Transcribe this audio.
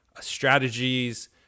strategies